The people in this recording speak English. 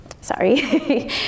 sorry